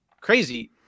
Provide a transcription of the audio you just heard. crazy